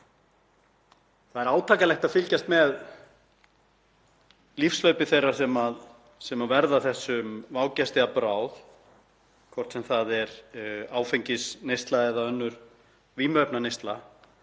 Það er átakanlegt að fylgjast með lífshlaupi þeirra sem verða þessum vágesti að bráð, hvort sem það er áfengisneysla eða önnur vímuefnaneysla,